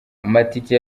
amatike